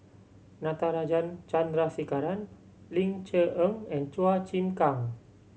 Natarajan Chandrasekaran Ling Cher Eng and Chua Chim Kang